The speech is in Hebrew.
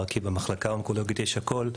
כי במחלקה האונקולוגית יש הכול,